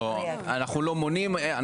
לא, אנחנו לא מונעים.